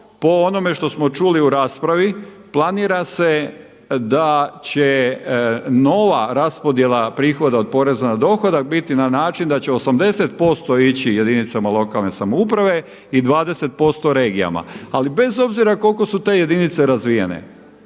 po onome što smo čuli u raspravi planira se da će nova raspodjela prihoda od poreza na dohodak biti na način da će 80% ići jedinicama lokalne samouprave i 20% regijama. Ali bez obzira koliko su te jedinice razvijene